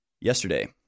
yesterday